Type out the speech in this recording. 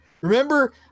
remember